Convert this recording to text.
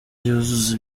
yuzuza